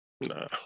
Nah